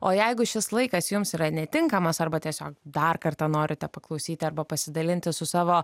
o jeigu šis laikas jums yra netinkamas arba tiesiog dar kartą norite paklausyti arba pasidalinti su savo